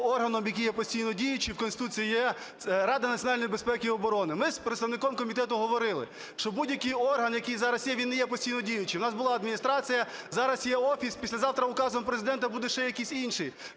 орган, який є постійно діючий, в Конституції є Рада національної безпеки і оборони. Ми з представником комітету говорили, що будь-який орган, який зараз є, він не є постійно діючим. У нас була Адміністрація, зараз є Офіс, післязавтра указом Президента буде ще якийсь інший.